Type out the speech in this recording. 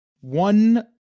one